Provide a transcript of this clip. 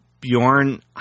Bjorn